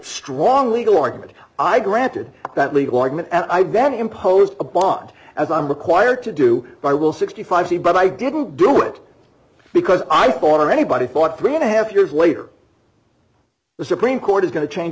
strong legal argument i granted that legal argument and i've that imposed a bond as i'm required to do by will sixty five c but i didn't do it because i thought anybody thought three and a half years later the supreme court is going to change